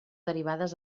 derivades